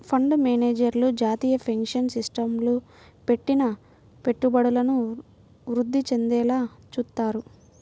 fund మేనేజర్లు జాతీయ pension సిస్టమ్లో పెట్టిన పెట్టుబడులను వృద్ధి చెందేలా చూత్తారు